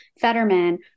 Fetterman